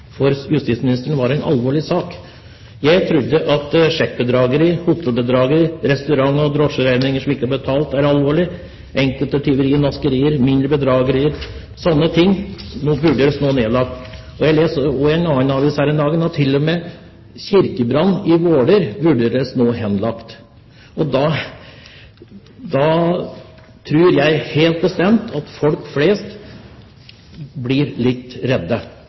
sjekkbedrageri, hotellbedrageri, restaurant- og drosjeregninger som ikke er betalt, var alvorlig. Saker som enkelttyverier, naskerier, mindre bedragerier og sånne ting vurderes nå henlagt. Jeg leste også i en avis her om dagen at til og med kirkebrannen i Våler nå vurderes henlagt. Jeg tror helt bestemt at folk flest blir litt redde